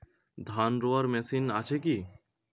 ধান রোয়ার মেশিন আছে কি?